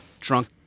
drunk